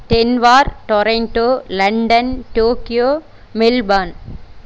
பெனவார் Toronto London Tokyo மெல்பான்